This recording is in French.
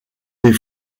les